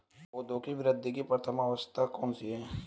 पौधों की वृद्धि की प्रथम अवस्था कौन सी है?